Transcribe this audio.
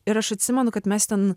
ir aš atsimenu kad mes ten